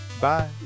Bye